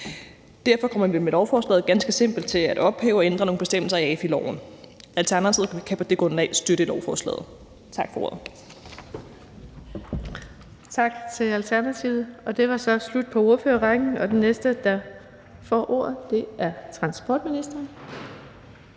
Derfor kommer vi med lovforslaget ganske simpelt til at ophæve og ændre nogle bestemmelser i AFI-loven. Alternativet kan på det grundlag støtte lovforslaget. Tak for ordet. Kl. 13:41 Den fg. formand (Birgitte Vind): Tak til Alternativet. Det var så slut på ordførerrækken. Den næste, der får ordet, er transportministeren.